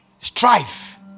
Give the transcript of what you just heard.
Strife